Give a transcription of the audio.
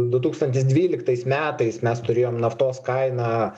du tūkstantis dvyliktais metais mes turėjom naftos kainą